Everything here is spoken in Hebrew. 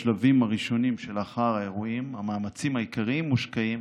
בשלבים הראשונים שלאחר האירועים המאמצים העיקריים מושקעים